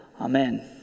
Amen